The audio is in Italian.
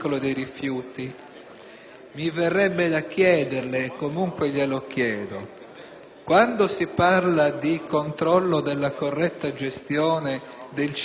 Mi verrebbe da chiedere, e comunque glielo chiedo, se, quando si parla di corretta gestione del ciclo dei rifiuti,